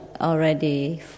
already